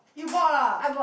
you bought ah